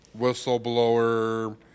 whistleblower